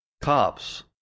cops